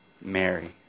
Mary